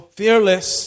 fearless